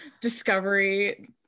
discovery